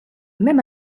même